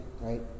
right